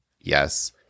yes